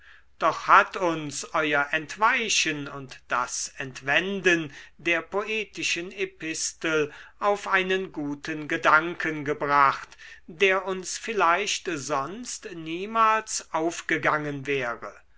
doch hat uns euer entweichen und das entwenden der poetischen epistel auf einen guten gedanken gebracht der uns vielleicht sonst niemals aufgegangen wäre